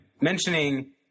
mentioning